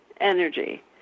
energy